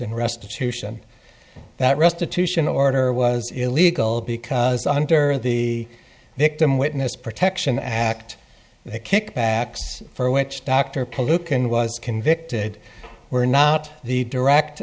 in restitution that restitution order was illegal because under the victim witness protection act the kickbacks for which dr palooka and was convicted were not the direct